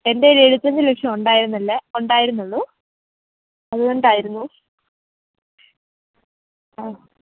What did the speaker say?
എൻ്റെ കയ്യിൽ എഴുപത്തിയഞ്ച് ലക്ഷം ഉണ്ടായിരുന്നില്ല ഉണ്ടായിരുന്നുള്ളു അതുകൊണ്ടായിരുന്നു ആ